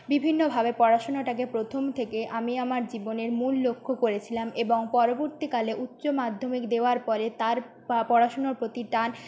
বিভিন্নভাবে পড়াশুনোটাকে প্রথম থেকে আমি আমার জীবনের মূল লক্ষ্য করেছিলাম এবং পরবর্তীকালে উচ্চমাধ্যমিক দেওয়ার পরে তার পড়াশুনোর প্রতি টান